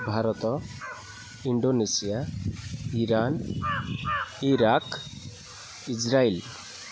Bharat Indonesia Iran Iraq Israel